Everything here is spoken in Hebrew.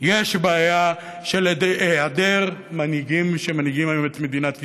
יש בעיה של היעדר מנהיגים שמנהיגים היום את מדינת ישראל.